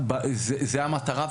זה המטרה,